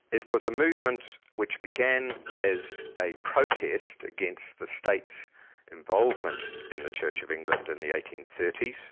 it was a movement which began as a protest against the state's involvement in the church of england in the eighteen thirty